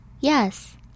Yes